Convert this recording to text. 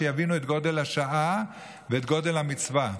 שיבינו את גודל השעה ואת גודל המצווה.